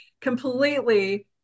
completely